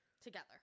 Together